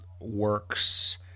works